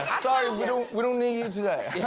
sorry we don't we don't need you today